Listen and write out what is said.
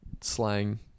slang